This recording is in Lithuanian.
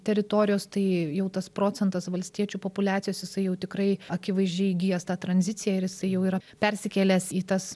teritorijos tai jau tas procentas valstiečių populiacijos jisai jau tikrai akivaizdžiai įgijęs tą tranziciją ir jisai jau yra persikėlęs į tas